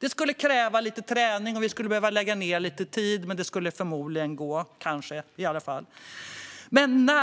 Det skulle kräva lite träning, och vi skulle behöva lägga ned lite tid, men det skulle förmodligen - kanske - gå.